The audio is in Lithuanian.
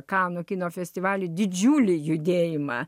kanų kino festivalyje didžiulį judėjimą